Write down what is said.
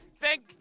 thank